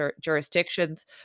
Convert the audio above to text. jurisdictions